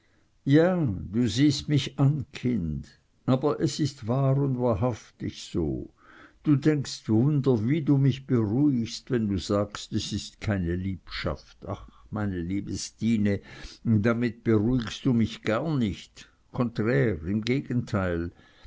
ja du siehst mich an kind aber es is wahr un wahrhaftig so du denkst wunder wie du mich beruhigst wenn du sagst es is keine liebschaft ach meine liebe stine damit beruhigst du mich gar nich konträr im gegenteil